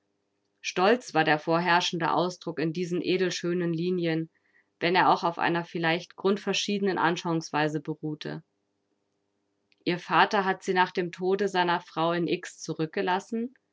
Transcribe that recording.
stolz war der vorherrschende ausdruck in diesen edelschönen linien wenn er auch auf einer vielleicht grundverschiedenen anschauungsweise beruhte ihr vater hat sie nach dem tode seiner frau in x zurückgelassen